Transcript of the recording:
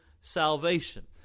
salvation